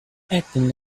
acting